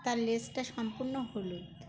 তার লেজটা সম্পূর্ণ হলুদ